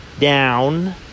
down